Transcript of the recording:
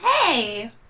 Hey